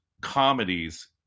comedies